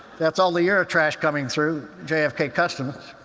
that's all the eurotrash coming through jfk customs.